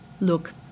Look